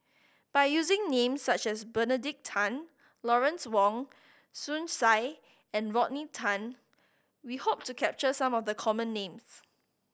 by using names such as Benedict Tan Lawrence Wong Shyun Tsai and Rodney Tan we hope to capture some of the common names